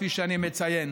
כפי שאני מציין.